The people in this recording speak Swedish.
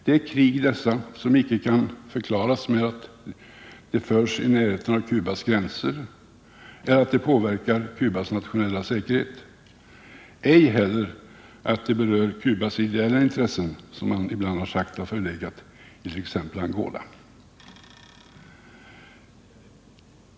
Detta krigsdeltagande kan icke förklaras med att stridigheterna förekommit i närheten av Cubas gränser eller att de påverkar Cubas nationella säkerhet, ej heller med att de berör Cubas ideella intressen, något som man ibland har påstått när det gäller t.ex. kriget i Angola.